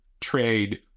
trade